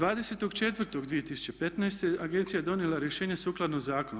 20.4.2015. agencija je donijela rješenje sukladno zakonu.